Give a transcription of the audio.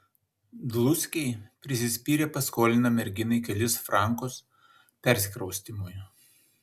dluskiai prisispyrę paskolina merginai kelis frankus persikraustymui